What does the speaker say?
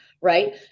right